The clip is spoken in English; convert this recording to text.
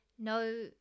No